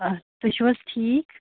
تُہۍ چھِو حظ ٹھیٖک